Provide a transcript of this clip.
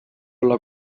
olla